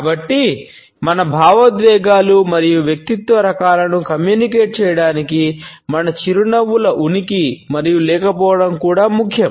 కాబట్టి మన భావోద్వేగాలు మరియు వ్యక్తిత్వ రకాలను కమ్యూనికేట్ చేయడానికి మన చిరునవ్వుల ఉనికి మరియు లేకపోవడం కూడా ముఖ్యం